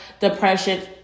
depression